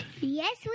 Yes